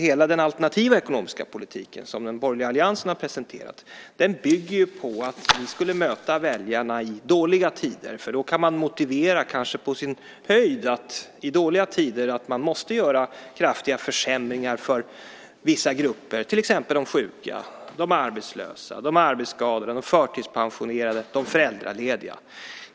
Hela den alternativa politiken som den borgerliga alliansen har presenterat bygger ju på att ni skulle möta väljarna i dåliga tider, för i dåliga tider kan man kanske på sin höjd motivera att man måste göra kraftiga försämringar för vissa grupper, till exempel de sjuka, de arbetslösa, de arbetsskadade, de förtidspensionerade och de föräldralediga.